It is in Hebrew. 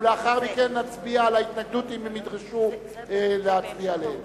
ולאחר מכן נצביע על ההתנגדויות אם הן ידרשו להצביע עליהן.